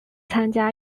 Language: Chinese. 参加